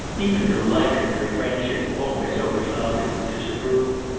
even delight, with her friendship always overclouded with disapproval.